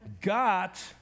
got